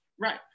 Right